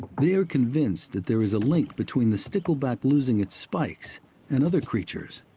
they are convinced that there is a link between the stickleback losing its spikes and other creatures,